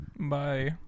Bye